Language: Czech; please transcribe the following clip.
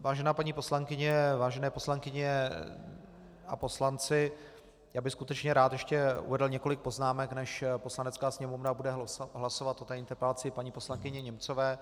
Vážená paní poslankyně, vážené poslankyně a poslanci, já bych skutečně rád ještě uvedl několik poznámek, než Poslanecká sněmovna bude hlasovat o interpelaci paní poslankyně Němcové.